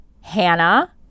Hannah